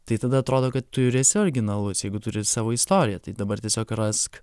tai tada atrodo kad tu ir esi originalus jeigu turi savo istoriją tai dabar tiesiog rask